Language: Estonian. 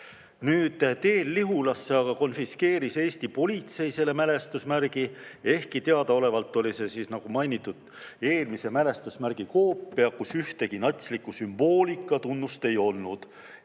Rei. Teel Lihulasse aga konfiskeeris Eesti politsei selle mälestusmärgi, ehkki teadaolevalt oli see, nagu mainitud, eelmise mälestusmärgi koopia, kus ühtegi natsliku sümboolika tunnust ei olnud.